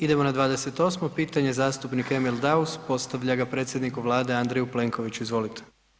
Idemo na 28-mo pitanje zastupnik Emil Daus postavlja ga predsjedniku Vlade Andreju Plenkoviću, izvolite.